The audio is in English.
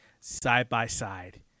side-by-side